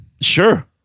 Sure